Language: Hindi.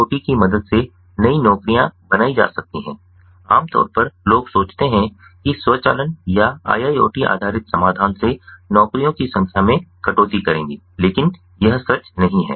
IIoT की मदद से नई नौकरियां बनाई जा सकती हैं आमतौर पर लोग सोचते हैं कि स्वचालन या IIoT आधारित समाधान से नौकरियों की संख्या में कटौती करेंगे लेकिन यह सच नहीं है